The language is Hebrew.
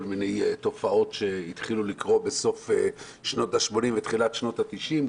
מיני תופעות שהתחילו לקרות בסוף שנות ה-80' ותחילת שנות ה-90'.